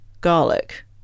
garlic